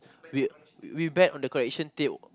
we we bet on the correction tape